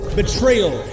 betrayal